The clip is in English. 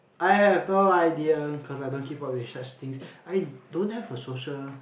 I have no idea cause I don't keep up with such things I don't have a social